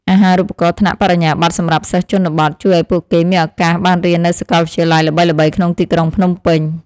អាហារូបករណ៍ថ្នាក់បរិញ្ញាបត្រសម្រាប់សិស្សជនបទ ជួយឱ្យពួកគេមានឱកាសបានរៀននៅសាកលវិទ្យាល័យល្បីៗក្នុងទីក្រុងភ្នំពេញ។